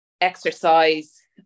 exercise